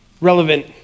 Relevant